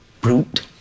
Brute